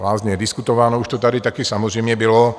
Lázně, diskutováno už to tady také samozřejmě bylo.